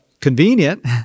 convenient